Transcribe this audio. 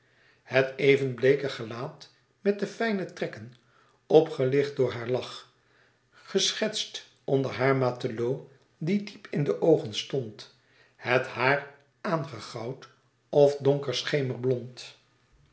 het even bleeke gelaat met de fijne trekken opgelicht door haar lach geschetst onder haar matelot die diep in de oogen stond het haar aangegoud of donker